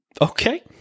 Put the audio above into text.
Okay